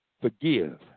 Forgive